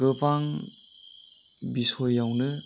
गोबां बिसयआवनो